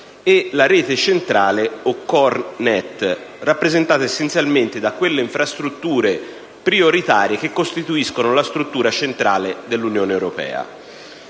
e la rete centrale o *core Net*, rappresentata essenzialmente da quelle infrastrutture prioritarie che costituiscono la struttura centrale dell'Unione europea.